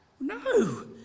no